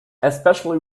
especially